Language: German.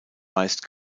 meist